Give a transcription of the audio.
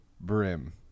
brim